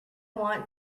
want